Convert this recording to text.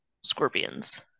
scorpions